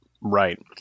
Right